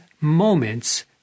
moments